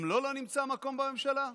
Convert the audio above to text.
גם לו לא נמצא מקום בממשלה?